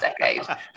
decade